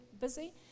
busy